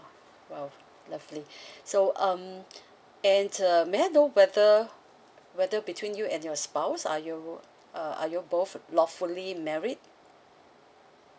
!wow! lovely so um and uh may I know whether whether between you and your spouse are you uh are you both lawfully married